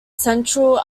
central